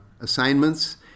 assignments